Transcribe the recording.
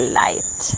light